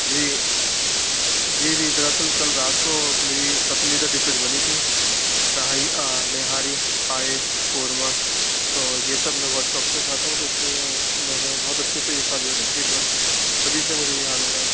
جی جی جی دراصل کل رات کو میری پسندیدہ ڈشز بنی تھیں نہاری پائے قورمہ تو یہ سب میں بہت شوق سے کھاتا ہوں تو اِس لئے میں نے بہت اچھے سے یہ کھا لیا پیٹ بھر کے تبھی سے مجھے یہ حال ہو رہا ہے